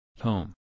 Home